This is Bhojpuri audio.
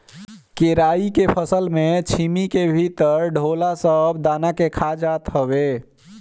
केराई के फसल में छीमी के भीतर ढोला सब दाना के खा जात हवे